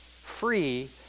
free